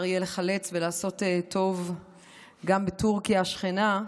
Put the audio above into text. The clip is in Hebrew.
יהיה לחלץ ולעשות טוב גם בטורקיה השכנה.